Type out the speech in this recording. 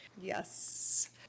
Yes